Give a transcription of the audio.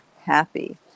happy